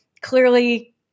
clearly